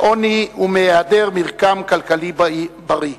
מעוני ומהיעדר מרקם כלכלי בריא?